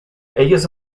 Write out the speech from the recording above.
ellos